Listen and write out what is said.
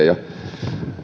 ja